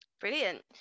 Brilliant